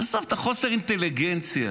עזוב את חוסר האינטליגנציה.